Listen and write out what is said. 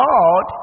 God